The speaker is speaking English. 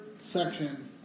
section